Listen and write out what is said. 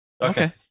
Okay